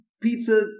pizza